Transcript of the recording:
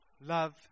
Love